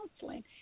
counseling